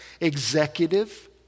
executive